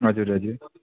हजुर हजुर